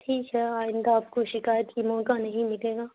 ٹھیک ہے آئندہ آپ کو شکایت کی موقع نہیں ملے گا